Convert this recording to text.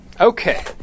Okay